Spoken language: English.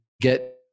get